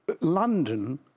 London